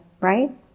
right